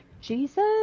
jesus